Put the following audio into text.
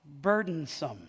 burdensome